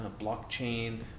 blockchain